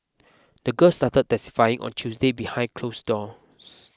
the girl started testifying on Tuesday behind closed doors